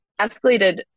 escalated